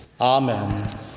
amen